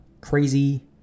crazy